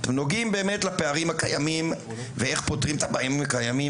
נוגעים באמת לפערים הקיימים ואיך פותרים את הפערים הקיימים,